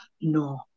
no